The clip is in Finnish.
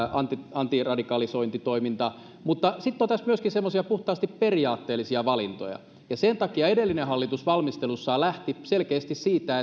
antiradikalisointitoiminta sitten on myöskin puhtaasti periaatteellisia valintoja ja sen takia edellinen hallitus valmistelussaan lähti selkeästi siitä